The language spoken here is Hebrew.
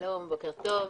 שלום, בוקר טוב.